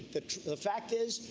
the the fact is,